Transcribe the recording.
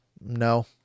No